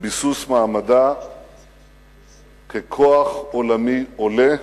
לביסוס מעמדה ככוח עולמי עולה,